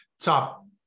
top